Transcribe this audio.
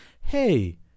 hey